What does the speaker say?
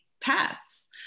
pets